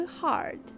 hard